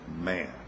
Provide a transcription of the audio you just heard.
man